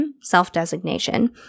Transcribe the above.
self-designation